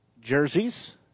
jerseys